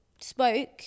spoke